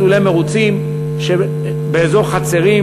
מסלולי מירוצים באזור חצרים,